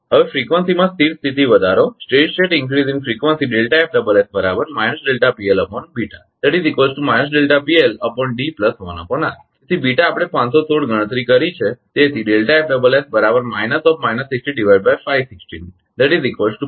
હવે ફ્રીક્વન્સીઝ માં સ્થિર સ્થિતી વધારો તેથી બીટા આપણે 516 ગણતરી કરી છે તેથી hertz